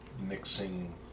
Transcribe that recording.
mixing